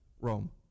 Rome